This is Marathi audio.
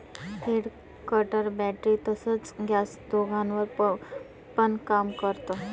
हेड कटर बॅटरी तसच गॅस दोघांवर पण काम करत